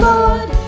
Lord